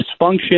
dysfunction